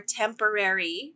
temporary